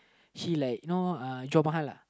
she like know lah